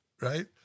right